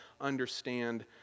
understand